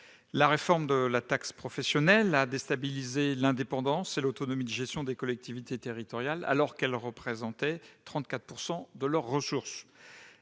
La réforme de la taxe professionnelle a déstabilisé l'indépendance et l'autonomie de gestion des collectivités territoriales, sachant qu'elle représentait 34 % de leurs ressources.